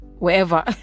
wherever